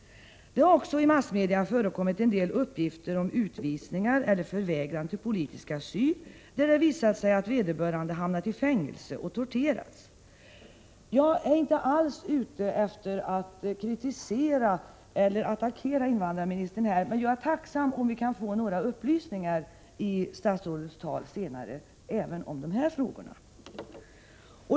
Det har också i massmedia förekommit en del uppgifter om utvisningar eller förvägran av politisk asyl, där det visat sig att vederbörande hamnat i fängelse och torterats. Jag är inte alls ute efter att kritisera eller attackera invandrarministern, men jag är tacksam om vi kan få några upplysningar i statsrådets tal senare även om dessa frågor.